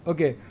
Okay